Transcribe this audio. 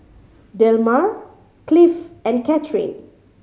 Delmar Cliff and Cathryn